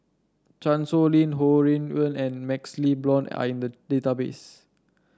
Chan Sow Lin Ho Rui An and MaxLe Blond are in the database